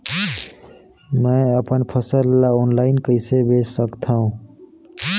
मैं अपन फसल ल ऑनलाइन कइसे बेच सकथव?